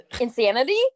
insanity